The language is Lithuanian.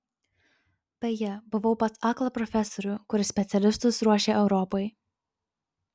beje buvau pas aklą profesorių kuris specialistus ruošia europai